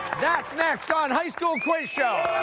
that's next on high school quiz show!